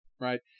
Right